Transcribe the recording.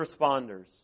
responders